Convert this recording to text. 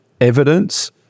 evidence